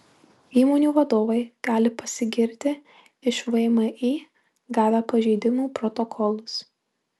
įmonių vadovai gali pasigirti iš vmi gavę pažeidimų protokolus